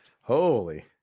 Holy